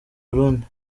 burundi